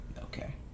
Okay